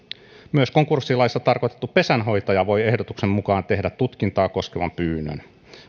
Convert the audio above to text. myös konkurssilaissa tarkoitettu pesänhoitaja voi ehdotuksen mukaan tehdä tutkintaa koskevan pyynnön